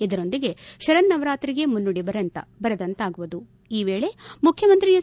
ಇದರೊಂದಿಗೆ ಶರನ್ನವರಾತ್ರಿಗೆ ಮುನ್ನುಡಿ ಬರದಂತಾಗುವುದು ಈ ವೇಳೆ ಮುಖ್ಯಮಂತ್ರಿ ಎಚ್